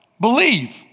Believe